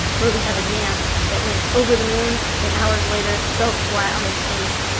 where we have a yam that went over the moon and hours later fell flat on its face